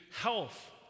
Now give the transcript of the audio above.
health